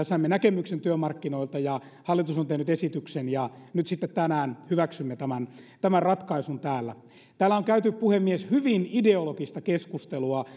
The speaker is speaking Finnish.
saimme näkemyksen työmarkkinoilta ja hallitus on tehnyt esityksen ja nyt sitten tänään hyväksymme tämän tämän ratkaisun täällä täällä on käyty puhemies hyvin ideologista keskustelua